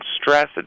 stress